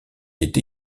est